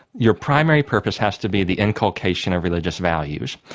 your primary purpose has to be the inculcation of religious values.